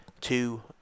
two